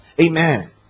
Amen